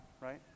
Right